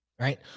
right